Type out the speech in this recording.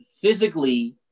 physically